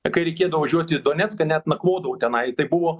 kai reikėdavo važiuoti į donecką net nakvodavau tenai tai buvo